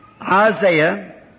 Isaiah